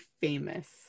famous